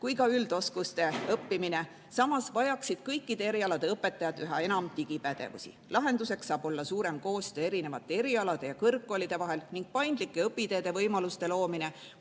kui ka üldoskuste õppimine. Samas vajaksid kõikide erialade õpetajad üha enam digipädevust. Lahenduseks saab olla suurem koostöö erinevate erialade ja kõrgkoolide vahel ning paindlike õpiteede võimaluste loomine